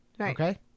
Okay